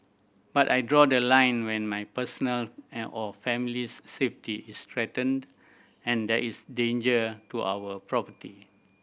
but I draw the line when my personal and or family's safety is threatened and there is danger to our property